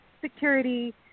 security